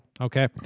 Okay